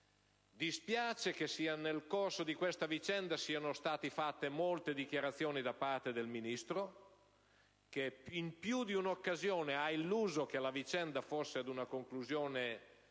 Dispiace che nel corso di questa vicenda siano state fatte molte dichiarazioni da parte del Ministro, che in più di un'occasione ha suscitato l'illusione che la vicenda fosse vicina ad una conclusione.